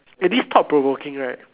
eh this thought provoking right